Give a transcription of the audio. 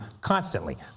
constantly